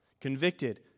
convicted